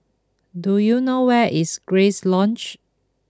do you know where is Grace Lodge